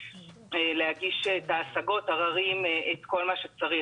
להגיש את ההשגות, העררים וכל מה שצריך.